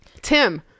Tim